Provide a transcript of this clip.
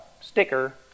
sticker